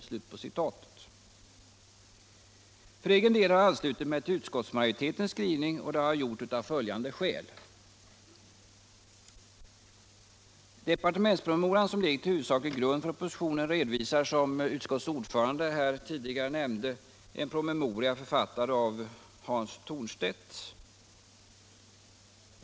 11 december 1975 För egen del ansluter jag mig till utskottsmajoritetens skrivning, och = jag gör det av följande skäl. Åndring i brottsbal Den departementspromemoria som ligger till huvudsaklig grund för ken propositionen redovisar, som utskottets ordförande här tidigare nämnde, en promemoria författad av Hans Thornstedt.